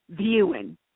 viewing